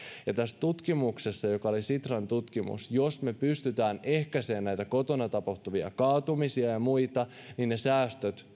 tämän tutkimuksen mukaan joka oli sitran tutkimus jos me pystymme ehkäisemään näitä kotona tapahtuvia kaatumisia ja muita ne säästöt